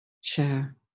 share